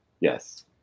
Yes